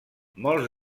molts